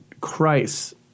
Christ